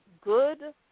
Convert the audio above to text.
good